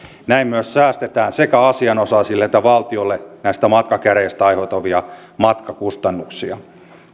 näin myös säästetään sekä asianosaisille että valtiolle näistä matkakäräjistä aiheutuvia matkakustannuksia